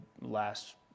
last